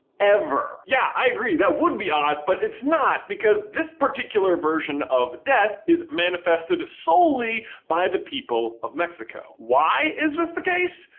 ever? yeah, i agree that wouldn't be odd but it's not because this particular version of death is manifested solely by the people of mexico. why is this the case?